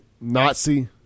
Nazi